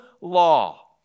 law